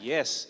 Yes